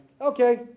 okay